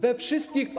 We wszystkich.